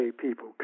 people